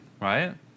right